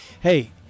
Hey